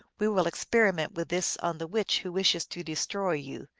we will experiment with this on the witch who wishes to destroy you.